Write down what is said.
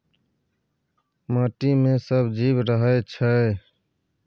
माटि मे सब जीब रहय छै